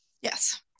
Yes